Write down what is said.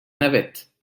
navette